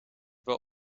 wel